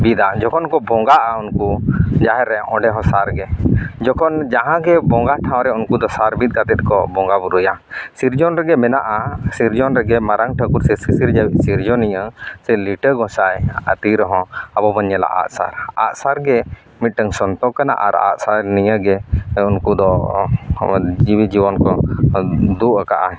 ᱵᱤᱫᱟ ᱡᱚᱠᱷᱚᱱ ᱠᱚ ᱵᱚᱸᱜᱟᱜᱼᱟ ᱩᱱᱠᱩ ᱡᱟᱦᱨ ᱨᱮ ᱚᱸᱰᱮᱦᱚᱸ ᱥᱟᱨᱜᱮ ᱡᱚᱠᱷᱚᱱ ᱡᱟᱦᱟᱸᱜᱮ ᱵᱚᱸᱜᱟ ᱴᱷᱟᱶᱨᱮ ᱩᱱᱠᱩᱫᱚ ᱥᱟᱨ ᱵᱤᱫ ᱠᱟᱛᱮᱫ ᱠᱚ ᱵᱚᱸᱜᱟᱼᱵᱩᱨᱩᱭᱟ ᱥᱤᱨᱡᱚᱱ ᱨᱮᱜᱮ ᱢᱮᱱᱟᱜᱼᱟ ᱥᱤᱨᱡᱚᱱ ᱨᱮᱜᱮ ᱢᱟᱨᱟᱝ ᱴᱷᱟᱹᱠᱩᱨ ᱥᱮ ᱥᱤᱥᱤᱨᱡᱟᱹᱣᱭᱤᱡ ᱥᱤᱨᱡᱚᱱᱤᱭᱟᱹ ᱥᱮ ᱞᱤᱴᱟᱹ ᱜᱚᱸᱥᱟᱭᱟᱜ ᱛᱤ ᱨᱮᱦᱚᱸ ᱟᱵᱚ ᱵᱚᱱ ᱧᱮᱞᱟ ᱟᱜᱼᱥᱟᱨ ᱟᱜᱼᱥᱟᱨ ᱜᱮ ᱢᱤᱫᱴᱟᱝ ᱥᱚᱱᱛᱚᱠ ᱠᱟᱱᱟ ᱟᱨ ᱟᱜᱥᱟᱨ ᱱᱤᱭᱟᱹᱜᱮ ᱩᱱᱠᱩ ᱫᱚ ᱡᱤᱭᱤᱼᱡᱤᱭᱚᱱ ᱠᱚ ᱫᱩᱜ ᱟᱠᱟᱫᱼᱟ